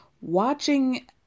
watching